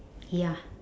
ya